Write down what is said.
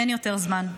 אין יותר זמן.